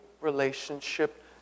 relationship